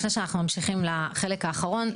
לפני שאנחנו ממשיכים לחלק האחרון,